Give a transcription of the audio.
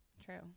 True